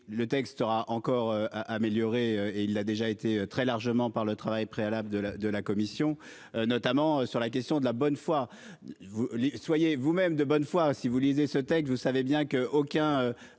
Le texte sera encore amélioré et il a déjà été très largement par le travail préalable de la de la commission, notamment sur la question de la bonne foi vous soyez vous-même de bonne foi, si vous lisez ce texte. Vous savez bien qu'aucun